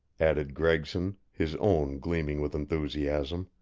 added gregson, his own gleaming with enthusiasm.